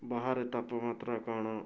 ବାହାରେ ତାପମାତ୍ରା କ'ଣ